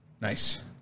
Nice